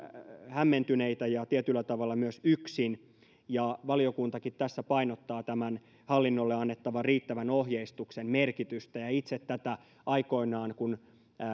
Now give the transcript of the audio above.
hämmentyneitä ja tietyllä tavalla myös yksin ja valiokuntakin tässä painottaa tämän hallinnolle annettavan riittävän ohjeistuksen merkitystä itse aikoinani kun